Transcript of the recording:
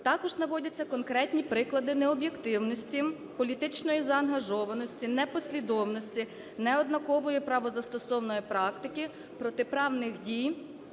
Також наводяться конкретні приклади необ'єктивності, політичної заангажованості, непослідовності, неоднакової правозастосовної практики, протиправних дій